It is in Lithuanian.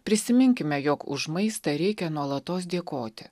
prisiminkime jog už maistą reikia nuolatos dėkoti